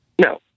no